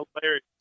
hilarious